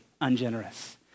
ungenerous